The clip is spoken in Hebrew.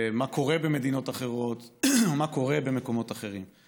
מה קורה במדינות אחרות, מה קורה במקומות אחרים.